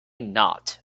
not